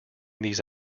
these